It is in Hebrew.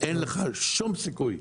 אין לך שום סיכוי.